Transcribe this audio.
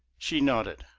she nodded.